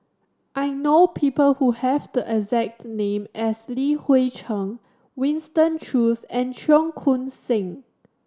I know people who have the exact name as Li Hui Cheng Winston Choos and Cheong Koon Seng